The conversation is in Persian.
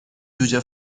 جوجه